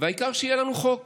והעיקר שיהיה לנו חוק